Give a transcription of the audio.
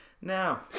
Now